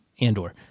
Andor